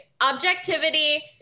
objectivity